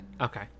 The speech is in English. Okay